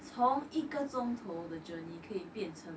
从一个钟头的 journey 可以变成